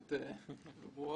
שסיטואציות כאלה קיימות.